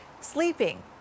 sleeping